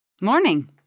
Morning